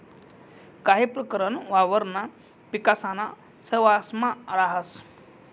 काही प्रकरण वावरणा पिकासाना सहवांसमा राहस